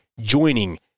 joining